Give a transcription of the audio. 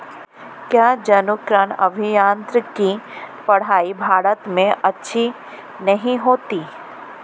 क्या जनुकीय अभियांत्रिकी की पढ़ाई भारत में अच्छी नहीं होती?